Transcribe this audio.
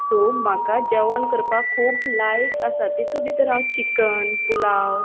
so म्हाका जेवण करपाक खूब लायक आसा तितूं भितर हांव चिकन पुलाव